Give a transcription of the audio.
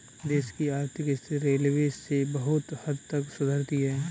देश की आर्थिक स्थिति रेलवे से बहुत हद तक सुधरती है